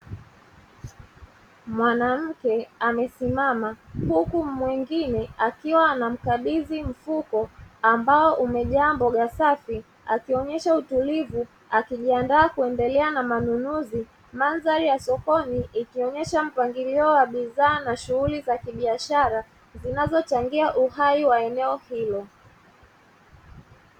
Mwanamke amesimama, huku mwingine akiwa anamkambidhi mfuko ambao umejaa mboga za saladi. Akionyesha utulivu, akijiandaa kuendelea na manunuzi. Mandhari ya sokoni, ikionyesha mpangilio wa bidhaa na shughuli za kibiashara zinazochangia uhai wa eneo hilo.